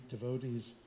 devotees